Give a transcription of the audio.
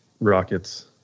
Rockets